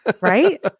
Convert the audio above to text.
right